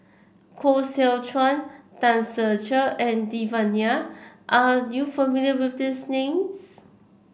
Koh Seow Chuan Tan Ser Cher and Devan Nair are you familiar with these names